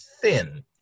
thin